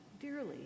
dearly